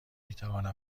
میتوانم